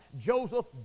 Joseph